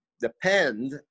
depend